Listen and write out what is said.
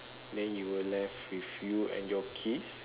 then you will left with you and your kids